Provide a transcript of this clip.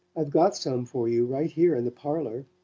i've got some for you right here in the parlour.